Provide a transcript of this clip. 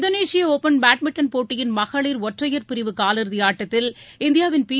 இந்தோனேஷிய open badminton போட்டியின் மகளிர் ஒற்றையர் பிரிவு காலிறுதி இந்தியாவின் பி